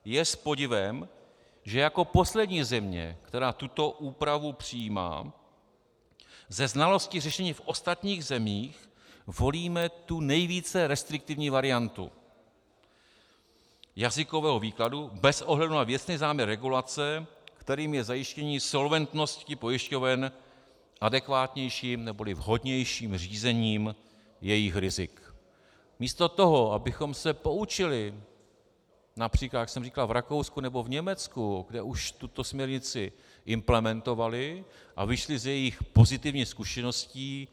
Je s podivem, že jako poslední země, která tuto úpravu přijímá, ze znalosti řešení v ostatních zemích volíme tu nejvíce restriktivní variantu jazykového výkladu bez ohledu na věcný záměr regulace, kterým je zajištění solventnosti pojišťoven adekvátnějším neboli vhodnějším řízením jejich rizik místo toho, abychom se poučili například, jak jsem říkal, v Rakousku nebo Německu, kde už tuto směrnici implementovali a vyšli z jejích pozitivních zkušeností.